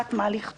יודעת מה לכתוב.